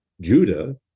Judah